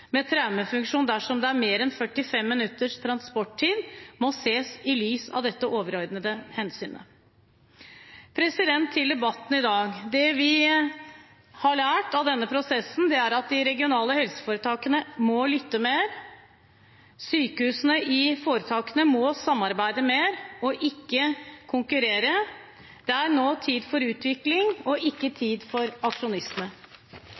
med traumefunksjon dersom det er mer enn 45 minutters transporttid, må ses i lys av dette overordnede hensynet. Til debatten i dag: Det vi har lært av denne prosessen, er at de regionale helseforetakene må lytte mer. Sykehusene i foretakene må samarbeide mer, ikke konkurrere. Det er nå tid for utvikling, ikke for aksjonisme.